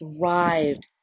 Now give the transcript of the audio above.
thrived